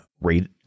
rate